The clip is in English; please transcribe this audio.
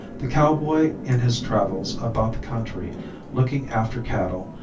the cowboy in his travels about the country looking after cattle,